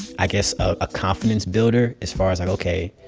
i guess, a confidence builder as far as, like, ok,